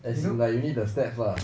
as in like leave the steps lah